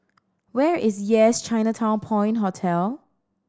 where is Yes Chinatown Point Hotel